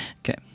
Okay